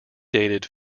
dated